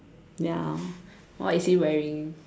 ya what is he wearing